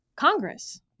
Congress